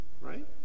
right